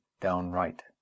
downright